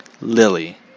Lily